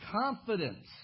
confidence